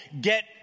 get